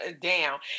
down